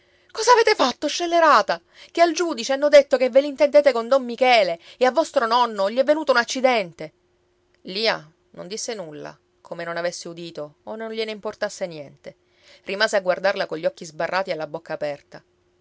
cosa avete fatto scellerata che al giudice hanno detto che ve l'intendete con don michele e a vostro nonno gli è venuto un accidente lia non disse nulla come non avesse udito o non gliene importasse niente rimase a guardarla cogli occhi sbarrati e la bocca aperta